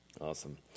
Awesome